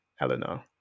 Eleanor